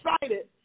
excited